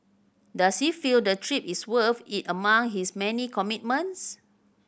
does he feel the trip is worth it among his many commitments